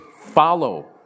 follow